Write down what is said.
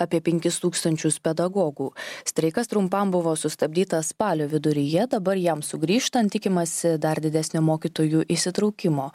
apie penkis tūkstančius pedagogų streikas trumpam buvo sustabdytas spalio viduryje dabar jam sugrįžtant tikimasi dar didesnio mokytojų įsitraukimo